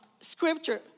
scripture